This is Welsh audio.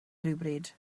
rhywbryd